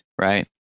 right